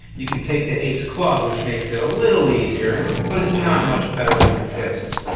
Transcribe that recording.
you can take the ape's club, which makes it a little easier, but it's not much better than your fists.